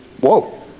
Whoa